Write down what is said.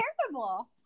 terrible